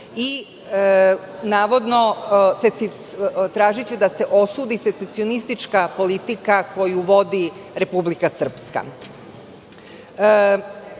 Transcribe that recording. navodno da se osudi secesionistička politika koju vodi Republika Srpska. Jedna